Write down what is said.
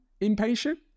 impatient